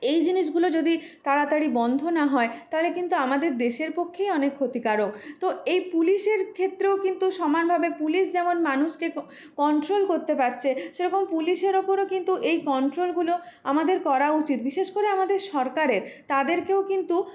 এই জিনিসগুলো যদি তাড়াতাড়ি বন্ধ না হয় তাহলে কিন্তু আমাদের দেশের পক্ষেই অনেক ক্ষতিকারক তো এই পুলিশের ক্ষেত্রেও কিন্তু সমানভাবে পুলিশ যেমন মানুষকে কন্ট্রোল করতে পারছে সেরকম পুলিশের ওপরও কিন্তু এই কন্ট্রোলগুলো আমাদের করা উচিত বিশেষ করে আমাদের সরকারের তাদেরকেও কিন্তু